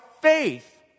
faith